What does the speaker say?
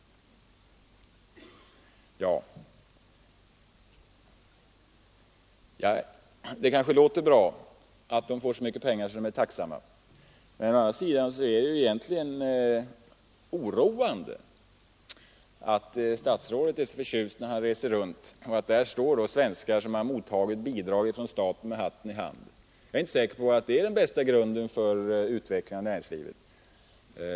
Ja, det kanske låter bra att företagarna får så mycket pengar att de är tacksamma. Å andra sidan är det oroande att statsrådet är så förtjust över att när han reser runt träffa på svenskar som mottagit bidrag från staten och som står med hatten i hand. Jag är inte säker på att det är den bästa grunden för en utveckling av näringslivet.